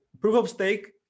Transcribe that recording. Proof-of-stake